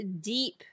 Deep